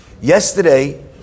Yesterday